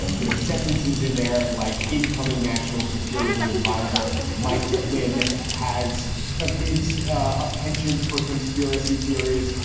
you know, sentences in there like incoming national security adviser mike flynn has evinced a penchant for conspiracy theories.